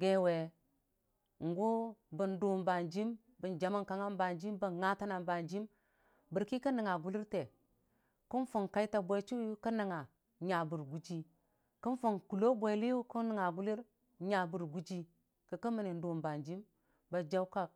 gaiwe n'gu ban dʊ bʊn nanjəm bən jamən kang nga bən nga tənna bajəm bərki kən nəngnga ʊwiyʊʊlərte kən fung kai ta bwe chʊwiyʊ kən nəngnga n'nyabe rə gujii kən fung kʊlo bweliyʊ kən nəngnga gulər n'nyabe rə gujii kikə mənni n'dʊ banjim ba jaukak.